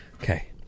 okay